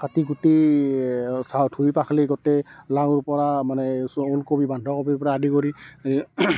কাটি কুটি ধুই পখালি গোটেই লাওৰ পৰা মানে ওচৰ ওলকবি বন্ধাকবিৰ পৰা আদি কৰি